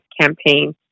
campaign